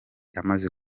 amaze